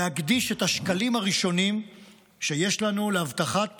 להקדיש את השקלים הראשונים שיש לנו להבטחת